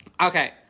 Okay